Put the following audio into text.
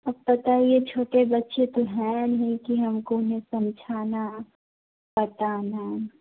अब बताइए छोटे बच्चें तो हैं नहीं कि हमको उन्हें समझाना बताना